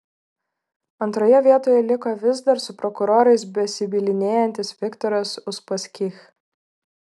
antroje vietoje liko vis dar su prokurorais besibylinėjantis viktoras uspaskich